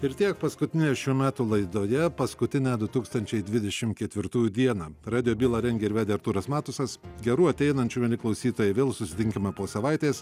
ir tiek paskutinėje šių metų laidoje paskutinę du tūkstančiai dvidešim ketvirtųjų dieną radijo bylą rengė ir vedė artūras matusas gerų ateinančių mieli klausytojai vėl susitikinkima po savaitės